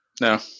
No